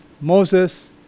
Moses